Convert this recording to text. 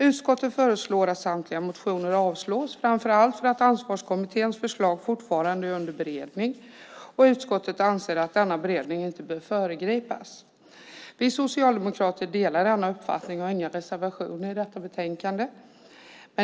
Utskottet föreslår att samtliga motioner avslås framför allt för att Ansvarskommitténs förslag fortfarande är under beredning, och utskottet anser att denna beredning inte bör föregripas. Vi socialdemokrater delar denna uppfattning och har inga reservationer i detta betänkande.